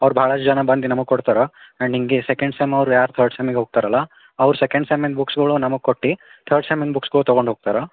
ಅವ್ರು ಭಾಳಷ್ಟು ಜನ ಬಂದು ನಮಗೆ ಕೊಡ್ತಾರೆ ಆ್ಯಂಡ್ ಹಿಂಗೆ ಸೆಕೆಂಡ್ ಸೆಮ್ಮವ್ರು ಯಾರು ತರ್ಡ್ ಸೆಮ್ಮಿಗೆ ಹೋಗ್ತಾರಲ್ವ ಅವ್ರು ಸೆಕೆಂಡ್ ಸೆಮ್ಮಿಂದು ಬುಕ್ಸ್ಗಳು ನಮಗೆ ಕೊಟ್ಟು ತರ್ಡ್ ಸೆಮ್ಮಿಂದು ಬುಕ್ಸ್ಗಳು ತೊಗೊಂಡೋಗ್ತಾರೆ